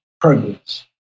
progress